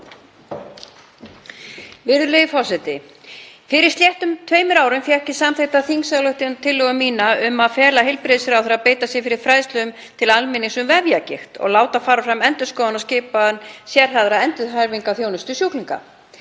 Virðulegi forseti. Fyrir sléttum tveimur árum fékk ég samþykkta þingsályktunartillögu mína um að fela heilbrigðisráðherra að beita sér fyrir fræðslu til almennings um vefjagigt og láta fara fram endurskoðun á skipan sérhæfðrar endurhæfingarþjónustu sjúklinga.